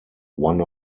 one